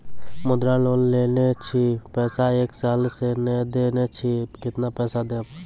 मुद्रा लोन लेने छी पैसा एक साल से ने देने छी केतना पैसा देब?